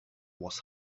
was